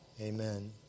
amen